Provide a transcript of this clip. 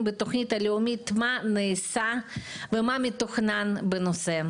בתוכנית הלאומית מה נעשה ומה מתוכנן בנושא,